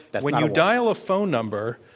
but when you know dial a phone number,